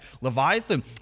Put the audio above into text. Leviathan